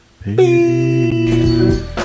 Peace